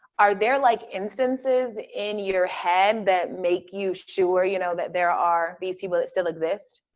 are there, like, instances in your head that make you sure, you know, that there are these people that still exist?